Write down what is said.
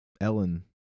ellen